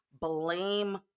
blame